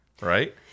Right